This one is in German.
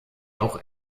auch